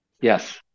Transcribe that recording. Yes